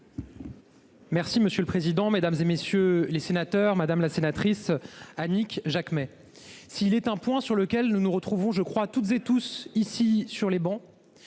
Merci monsieur le président, Mesdames, et messieurs les sénateurs, madame la sénatrice Annick Jacquemet. S'il est un point sur lequel nous nous retrouvons je crois à toutes et tous, ici, sur les bancs.